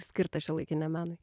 skirtą šiuolaikiniam menui